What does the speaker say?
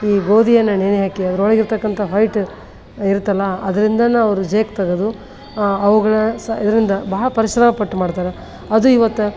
ಈ ಗೋದಿಯನ್ನು ನೆನೆ ಹಾಕಿ ಅದರೊಳಗಿರ್ತಕ್ಕಂತ ಹೊಯ್ಟ ಇರುತ್ತಲ್ಲ ಅದರಿಂದನು ಅವರು ಜೇಕು ತೆಗದು ಅವುಗಳು ಸಹ ಇದರಿಂದ ಭಾಳ ಪರಿಶ್ರಮ ಪಟ್ಟು ಮಾಡ್ತಾರೆ ಅದು ಇವತ್ತು